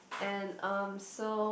and um so